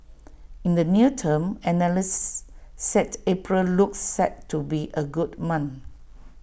in the near term analysts said April looks set to be A good month